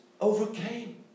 overcame